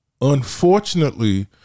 Unfortunately